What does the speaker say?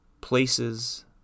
places